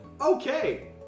Okay